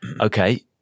Okay